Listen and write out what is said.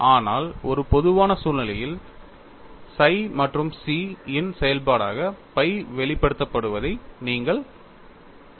ஆனால் ஒரு பொதுவான சூழ்நிலையில் psi மற்றும் chi இன் செயல்பாடாக phi வெளிப்படுத்தப்படுவதை நீங்கள் காணலாம்